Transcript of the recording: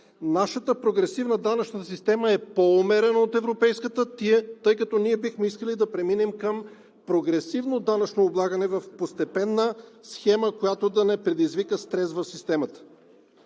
нашата прогресивна данъчна система е по-умерена от европейската, тъй като ние бихме искали да преминем към прогресивно данъчно облагане в постепенна схема, която да не предизвика стрес в системата.